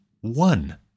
one